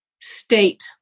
state